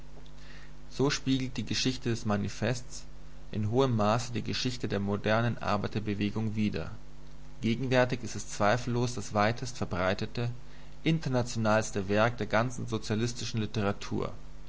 so spiegelt die geschichte des manifestes in hohem maße die geschichte der modernen arbeiterbewegung wider gegenwärtig ist es zweifellos das weitest verbreitete internationalste werk der ganzen sozialistischen literatur